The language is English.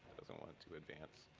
doesn't want to advance.